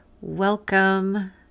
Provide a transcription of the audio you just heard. Welcome